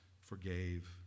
forgave